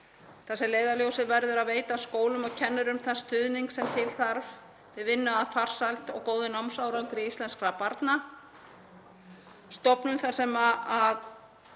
sem leiðarljósið verður að veita skólum og kennurum þann stuðning sem til þarf við vinnu að farsæld og góðum námsárangri íslenskra barna, stofnun sem